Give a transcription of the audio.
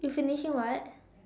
you finishing what